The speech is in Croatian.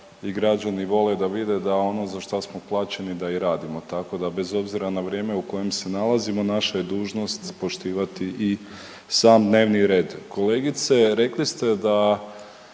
i građani vole da vide da ono za što smo plaćeni da i radimo, tako da bez obzira na vrijeme u kojem se nalazimo, naša je dužnost poštivati i sam dnevni red. Kolegice, rekli ste da